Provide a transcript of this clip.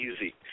easy